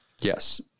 Yes